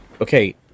okay